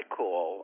call